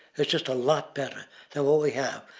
it's just a lot better than what we have.